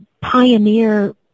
pioneer